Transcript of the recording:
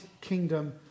kingdom